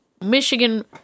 Michigan